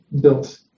built